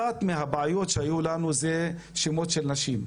אחת מהבעיות שהיו לנו זה שמות של נשים,